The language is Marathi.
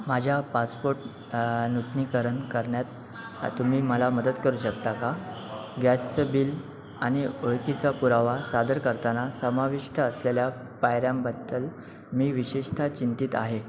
माझ्या पासपोर्ट नूतनीकरण करण्यात तुम्ही मला मदत करू शकता का गॅसचं बिल आणि ओळखीचा पुरावा सादर करताना समाविष्ट असलेल्या पायऱ्यांबद्दल मी विशेषतः चिंतित आहे